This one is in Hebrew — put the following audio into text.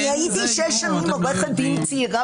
אני הייתי שש שנים עורכת דין צעירה